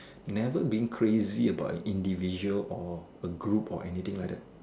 never being crazy about an individual or a group or anything like that